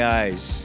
eyes